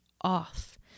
off